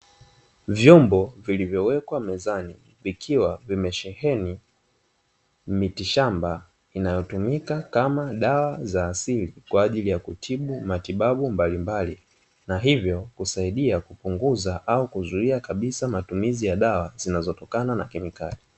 Vyombo vilivyo wekwa mezani vikiwa vimesheheni mitishamba inayotumika kama dawa za asili, kwajili ya kutibu matibabu mbalimbali, na hivyo husaidia kupunguza au kuzuia kabisa matumizi ya dawa zinazotokana na kemikali.